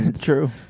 True